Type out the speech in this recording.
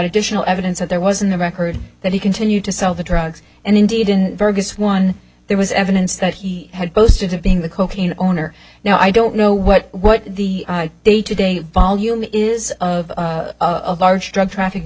additional evidence that there was in the record that he continued to sell the drugs and indeed in burgas one there was evidence that he had boasted of being the cocaine owner now i don't know what what the day to day volume is of a large drug trafficking